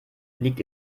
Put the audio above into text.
liegt